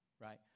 right